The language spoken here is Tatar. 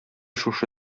шушы